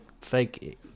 fake